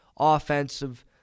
offensive